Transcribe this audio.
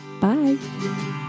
Bye